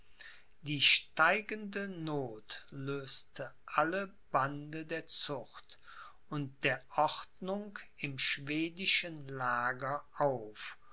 die steigende noth löste alle bande der zucht und der ordnung im schwedischen lager auf